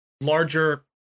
larger